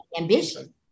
ambition